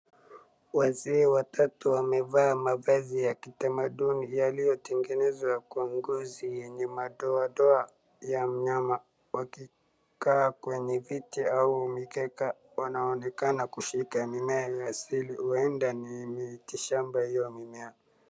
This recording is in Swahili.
Wazee watatu wamevaa mavazi ya kitamanduni yaliyotengenezwa kwa ngozi yenye madoadoa ya mnyama wakikaa kwenye viti au mikeka wanaonekana kushika mimea ya asili. Huenda ni mitishamba hiyo mimea.